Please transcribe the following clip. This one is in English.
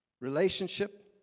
relationship